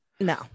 no